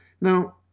now